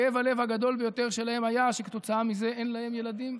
כאב הלב הגדול ביותר שלהם היה שכתוצאה מזה אין להם ילדים,